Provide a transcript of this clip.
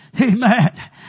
Amen